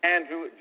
Andrew